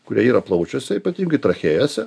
kurie yra plaučiuose ypatingai trachėjose